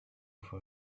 for